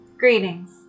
Greetings